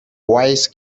wise